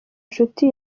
inshuti